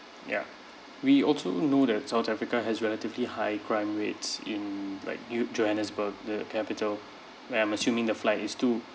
yup we also know that south africa has relatively high crime rates in like u~ johannesburg the capital where I'm assuming the flight is to